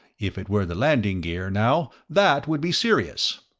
if it were the landing gear, now, that would be serious.